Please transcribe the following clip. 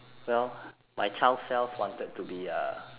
well my child self wanted to be uh